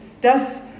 dass